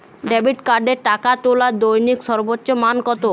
Debit কার্ডে টাকা তোলার দৈনিক সর্বোচ্চ মান কতো?